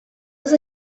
was